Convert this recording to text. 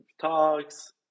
talks